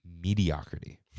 mediocrity